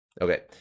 Okay